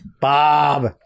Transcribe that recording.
Bob